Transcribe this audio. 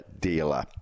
dealer